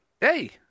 Hey